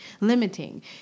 limiting